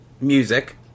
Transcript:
music